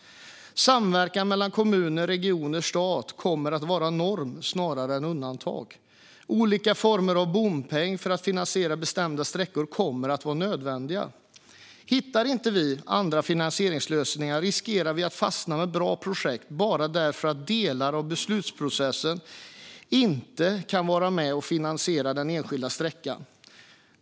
Samverkan mellan kommuner, regioner och stat kommer att var norm snarare än undantag. Olika former av bompeng för att finansiera bestämda sträckor kommer att vara nödvändiga. Om vi inte hittar andra finansieringslösningar riskerar vi att fastna i fråga om bra projekt bara därför att delar av beslutsprocessen inte kan vara med och finansiera den enskilda sträckan.